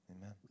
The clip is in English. Amen